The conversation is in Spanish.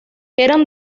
eran